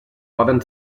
poden